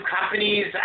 companies